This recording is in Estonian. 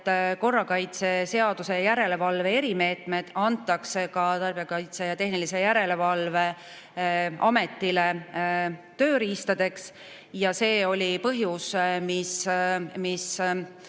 korrakaitseseaduse järelevalve erimeetmed antakse Tarbijakaitse ja Tehnilise Järelevalve Ametile tööriistadeks. See oli põhjus, mis siis